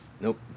Nope